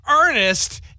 Ernest